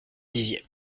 dizier